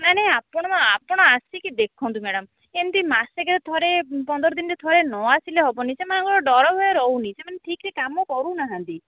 ନାଇଁ ନାଇଁ ଆପଣ ଆପଣ ଆସିକି ଦେଖନ୍ତୁ ମ୍ୟାଡ଼ାମ୍ ଏମିତି ମାସକେ ଥରେ ପନ୍ଦର ଦିନରେ ଥରେ ନ ଆସିଲେ ହବନି ସେମାନଙ୍କର ଡର ଭୟ ରହୁନି ସେମାନେ ଠିକରେ କାମ କରୁନାହାନ୍ତି